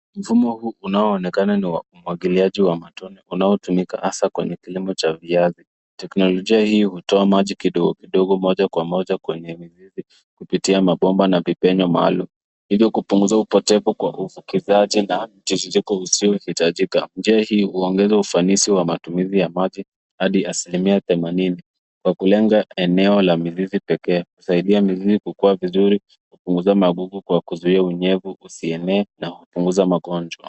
Mfumo huu unaoonekana ni umwagiliaji wa matone unaotumika hasa kwenye kilimo cha viazi. Teknolojia hii hutoa maji kidogo kidogo moja kwa moja kwenye mizizi kupitia mabomba na vipenyo maalum hivyo kupunguza upotevu kwa uvukizaji na mtiririko usiohitajika. Njia hii huongeza ufanisi wa matumizi ya maji hadi asilimia themanini kwa kulenga eneo la mizizi pekee, kusaidia mizizi kukuwa vizuri, kupuguza magugu kwa kuzuia unyevu usienee na kupunguza magonjwa.